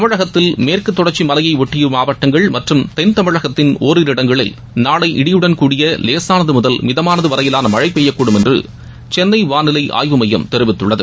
தமிழகத்தில் மேற்குத் தொடர்ச்சி மலையையொட்டி மாவட்டங்கள் மற்றும் தென் தமிழகத்தின் ஒரிரு இடங்களில் நாளை இடியுடன் கூடிய லேசானது முதல் மிதமானது வரையிலான மழை பெய்யக்கூடும் என்று சென்னை வானிலை ஆய்வு மையம் தெரிவித்துள்ளது